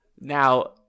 Now